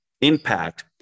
impact